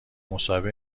مصاحبه